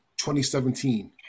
2017